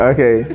Okay